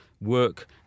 work